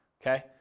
okay